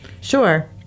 sure